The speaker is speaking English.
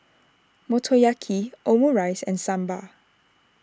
Motoyaki Omurice and Sambar